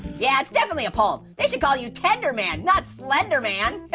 yeah, it's definitely a poem. they should call you tender man, not slender man.